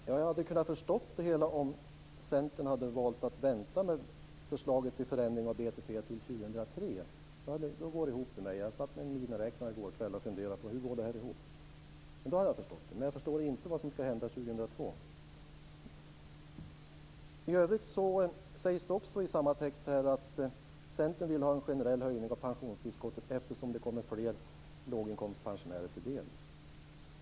Fru talman! Jag hade kunnat förstå det hela om Centern hade valt att vänta med förslaget till förändring av BTP till 2003. Då hade det gått ihop. Jag satt med en miniräknare i går kväll och funderade på hur det här går ihop. Då hade jag förstått det, men jag förstår inte vad som ska hända 2002. I övrigt sägs också i samma text att Centern vill ha en generell höjning av pensionstillskottet eftersom det kommer fler låginkomstpensionärer till del.